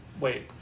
Wait